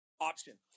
option